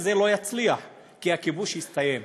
וזה לא יצליח, כי הכיבוש יסתיים.